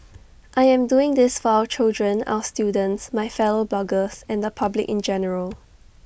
I am doing this for our children our students my fellow bloggers and the public in general